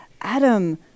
Adam